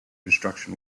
construction